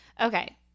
Okay